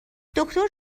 دکتر